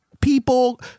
people